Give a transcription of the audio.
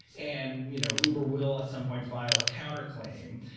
and you know uber will, at some point, file a counterclaim.